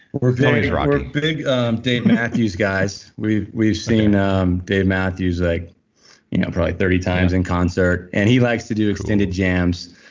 we're big dave matthews guys. we've we've seen um dave matthews like you know probably thirty times in concert and he likes to do extended jams.